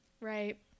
Right